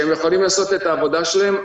שהם יכולים לעשות את העבודה שלהם.